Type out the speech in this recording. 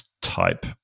type